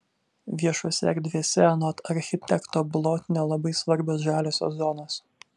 viešose erdvėse anot architekto blotnio labai svarbios žaliosios zonos